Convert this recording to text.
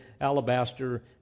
alabaster